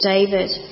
David